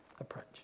approach